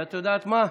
ואת יודעת מה,